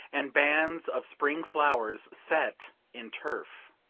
and bands of spring flowers set in turf.